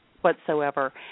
whatsoever